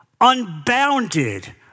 unbounded